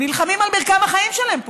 הם נלחמים על מרקם החיים שלהם פה.